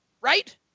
right